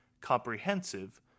comprehensive